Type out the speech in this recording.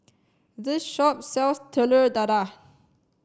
this shop sells Telur Dadah